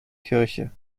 kirche